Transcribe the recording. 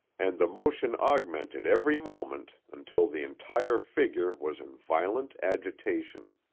and the motion augmented every moment until the entire figure was in violent agitation.